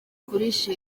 kurisha